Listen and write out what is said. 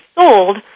sold